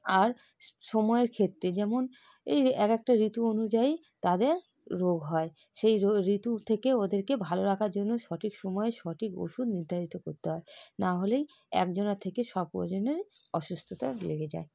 আর সময়ের ক্ষেত্রে যেমন এই এক একটা ঋতু অনুযায়ী তাদের রোগ হয় সেই ঋতু থেকে ওদেরকে ভালো রাখার জন্য সঠিক সময়ে সঠিক ওষুধ নির্ধারিত করতে হয় নাহলেই একজনার থেকে সকল জনের অসুস্থতা লেগে যায়